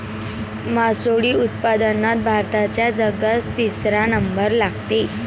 मासोळी उत्पादनात भारताचा जगात तिसरा नंबर लागते